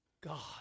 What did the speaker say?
God